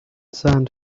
sand